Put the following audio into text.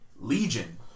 Legion